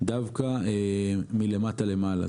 דווקא מלמטה למעלה.